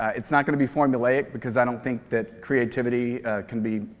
it's not going to be formulaic because i don't think that creativity can be.